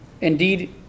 indeed